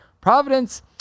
Providence